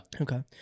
Okay